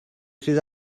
sydd